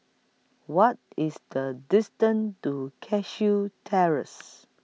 What IS The distance to Cashew Terrace